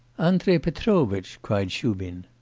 andrei petrovitch cried shubin.